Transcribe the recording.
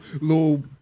little